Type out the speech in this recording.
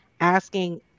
asking